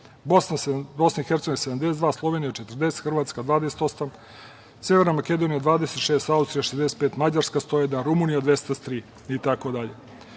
Bosna i Hercegovina 72, Slovenija 40, Hrvatska 28, Severna Makedonija 26, Austrija 65, Mađarska 101, Rumunija 203 i